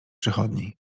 przychodni